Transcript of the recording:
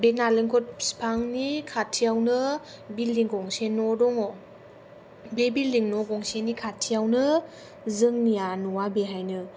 बे नालेंखर बिफांनि खाथियावनो बिल्डिं गंसे न' दङ' बे बिल्डिं न' गंसेनि खाथियावनो जोंनिया न'आ बेहायनो